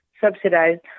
subsidized